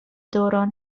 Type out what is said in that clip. دوران